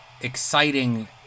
exciting